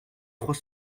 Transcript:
trois